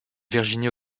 virginie